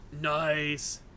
Nice